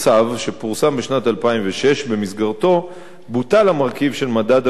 שבמסגרתו בוטל המרכיב של מדד המחירים הסיטוניים לתרופות,